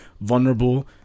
vulnerable